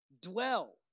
dwell